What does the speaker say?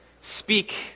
speak